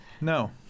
No